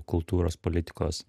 kultūros politikos